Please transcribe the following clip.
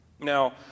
Now